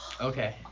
Okay